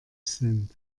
sind